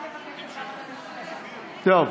טוב,